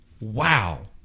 wow